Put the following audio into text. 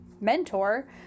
mentor